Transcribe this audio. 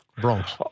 Bronx